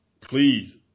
please